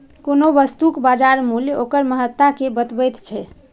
कोनो वस्तुक बाजार मूल्य ओकर महत्ता कें बतबैत छै